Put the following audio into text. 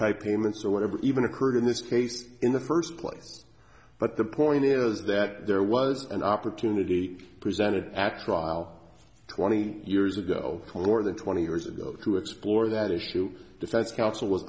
type payments or whatever even occurred in this case in the first place but the point is that there was an opportunity presented at trial twenty years ago called more than twenty years ago to explore that issue defense counsel was